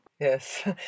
Yes